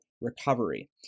recovery